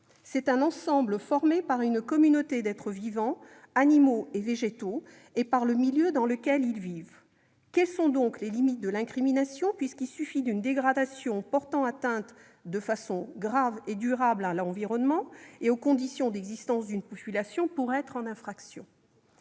c'est un « ensemble formé par une communauté d'êtres vivants, animaux et végétaux, et par le milieu dans lequel ils vivent. » Quelles sont donc les limites de l'incrimination, puisqu'il suffit d'une dégradation portant atteinte « de façon grave et durable à l'environnement et aux conditions d'existence d'une population » pour être en infraction ?